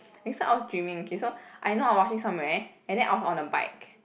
and so I was dreaming okay so I know I was rushing somewhere and then I was on a bike